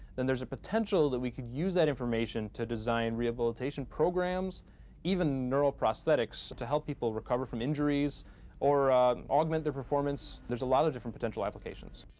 then there's a potential that we can use that information to design rehabilitation programs even neural prosthetics to help people recover from injuries or augment their performance. there's a lot of different potential applications.